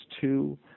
two